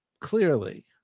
clearly